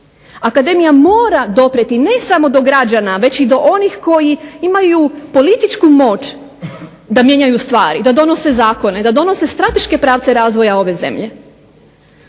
Akademija mora doprijeti ne samo do građana već i do onih koji imaju političku moć da donose zakone, da mijenjaju stvari, da donese strateške pravce razvoja ove zemlje.